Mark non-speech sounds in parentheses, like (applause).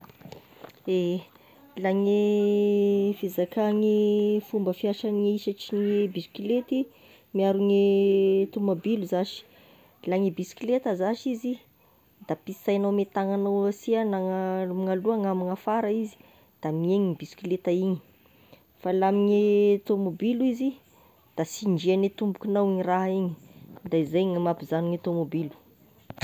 Ehe, la gne fizaka gne fomba fiasagn'ny hisatra ame bisikilety miaro gne tomobily zash; la agne bisikileta zash izy, da pisahinao ame tagnagnao asia gnana amign'aloha na amign'afara izy da amign'igny bisikileta igny, fa la ame (hesitation) tomobilo izy da sindriagne tombokinao igny raha igny, de zay no mampizano gne tomobilo.